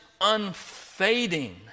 unfading